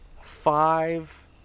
five